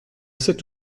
sept